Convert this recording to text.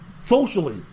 socially